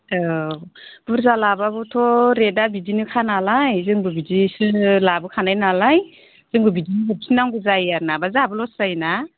औ बुरजा लाबाबोथ' रेटआ बिदिनोखानालाय जोंबो बिदिसो लाबोखानायनालाय जोंबो बिदिनो हरफिन नांगौ जायो आरो नङाब्ला जोंहाबो लस जायोना